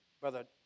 Brother